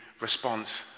response